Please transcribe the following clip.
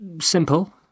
Simple